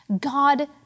God